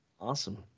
Awesome